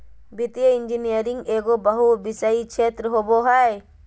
वित्तीय इंजीनियरिंग एगो बहुविषयी क्षेत्र होबो हइ